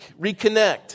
reconnect